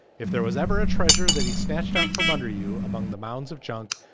if there was ever a treasurer that he snatched out from under you. among the mounds of junk.